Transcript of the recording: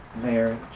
marriage